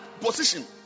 position